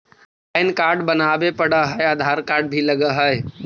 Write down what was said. Pan card बनावे पडय है आधार कार्ड भी लगहै?